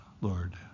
Lord